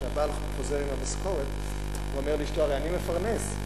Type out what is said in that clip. כשהבעל חוזר עם המשכורת ואומר לאשתו: הרי אני מפרנס,